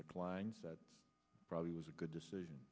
declines that probably was a good decision